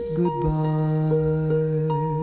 goodbye